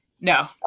no